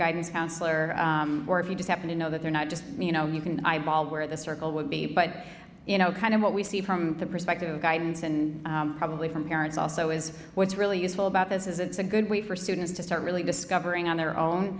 guidance counselor or if you just happen to know that they're not just you know you can eyeball where the circle would be but you know kind of what we see from the perspective of guidance and probably from parents also is what's really useful about this is it's a good way for students to start really discovering on their own